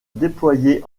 déployé